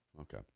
Okay